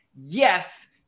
yes